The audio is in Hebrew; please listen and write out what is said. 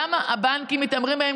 למה הבנקים מתעמרים בהם,